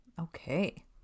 Okay